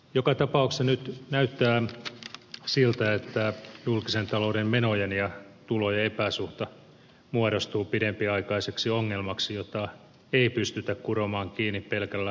joka tapauksessa nyt näyttää siltä että julkisen talouden menojen ja tulojen epäsuhta muodostuu pidempiaikaiseksi ongelmaksi jota ei pystytä kuromaan kiinni pelkällä talouskasvulla